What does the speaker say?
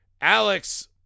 Alex